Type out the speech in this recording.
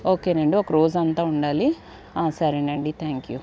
okay అండి ఒక రోజంతా ఉండాలి సరేనండి థ్యాంక్ యూ